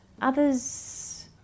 others